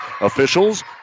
officials